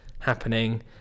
happening